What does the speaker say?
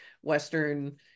Western